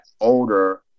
older